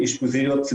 אשפוזיות .